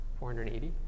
480